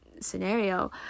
scenario